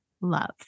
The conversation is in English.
love